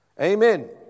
Amen